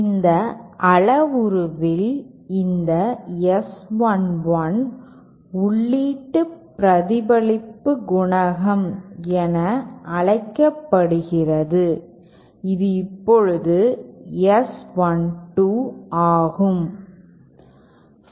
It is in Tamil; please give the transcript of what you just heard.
இந்த அளவுருவில் இந்த S 1 1 உள்ளீட்டு பிரதிபலிப்பு குணகம் என அழைக்கப்படுகிறது இது இப்போது S 1 2 ஆகும்